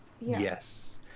Yes